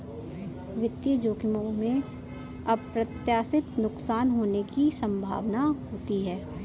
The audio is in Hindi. वित्तीय जोखिमों में अप्रत्याशित नुकसान होने की संभावना होती है